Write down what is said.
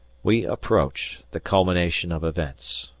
we approach the culmination of events.